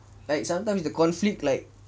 like sometimes the conflict like